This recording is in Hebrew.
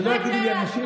רק תאר לעצמך.